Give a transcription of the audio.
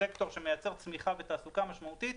סקטור שמייצר צמיחה ותעסוקה משמעותית,